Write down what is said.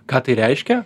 ką tai reiškia